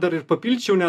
dar ir papildyčiau nes